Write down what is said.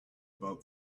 about